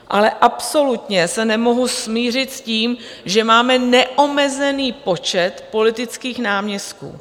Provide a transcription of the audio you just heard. Ale absolutně se nemohu smířit s tím, že máme neomezený počet politických náměstků.